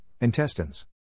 intestines